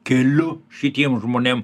keliu šitiem žmonėm